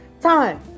time